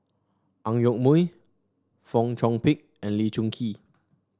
Ang Yoke Mooi Fong Chong Pik and Lee Choon Kee